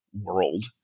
world